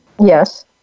Yes